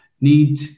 need